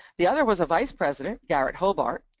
the other was a vice-president, garret hobart,